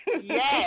Yes